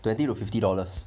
twenty to fifty dollars